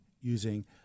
using